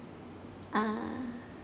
ah